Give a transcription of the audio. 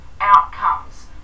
outcomes